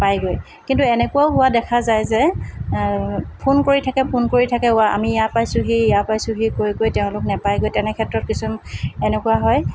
পায়গৈ কিন্তু এনেকুৱাও হোৱা দেখা যায় যে ফোন কৰি থাকে ফোন কৰি থাকে ৱা আমি ইয়াৰ পাইছোঁহি ইয়াৰ পাইছোঁহি কৈ কৈ তেওঁলোক নাপায়গৈ তেনেক্ষেত্ৰত কিছুমান এনেকুৱা হয়